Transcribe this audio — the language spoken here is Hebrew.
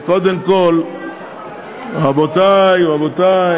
קודם כול, רבותי, רבותי